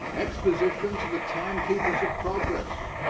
expositions are the timekeepers of progress.